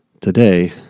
Today